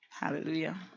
Hallelujah